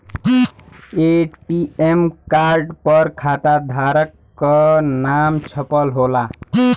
ATM card पर खाताधारक क नाम छपल होला